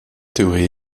théories